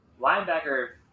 linebacker